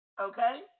Okay